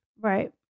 Right